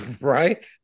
Right